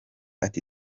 ati